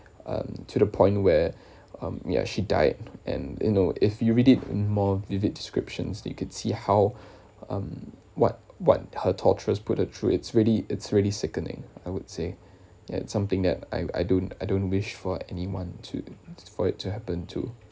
um to the point where um she actually died and you know if you read it more vivid descriptions you could see how um what what her torturers put her through it's really it's really sickening I would say at something that I I don't I don't wish for anyone to for it to happen to